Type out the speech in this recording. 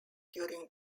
during